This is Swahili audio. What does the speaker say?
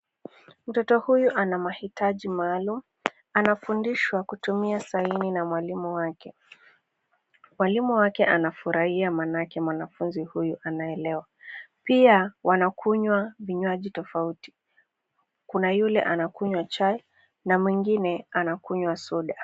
Mtoto huyu ana mahitaji maalum, anafundishwa kutumia saini na mwalimu wake. Mwalimu wake anafurahia maanake mwanafunzi huyu anaelewa. Pia wanakunywa vinywaji tofauti. Kuna yule anakunywa chai, na mwingine anakunywa soda.